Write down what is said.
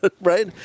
right